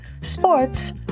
sports